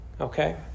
Okay